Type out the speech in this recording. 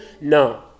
No